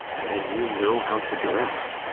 and then you know how to dress.